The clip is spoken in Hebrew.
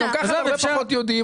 גם ככה הם פחות יודעים.